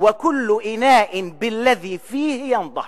וכל אנאא באלד'י פיה ינצ'ח.